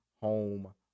Home